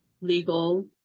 legal